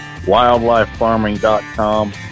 WildlifeFarming.com